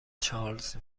چارلز